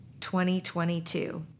2022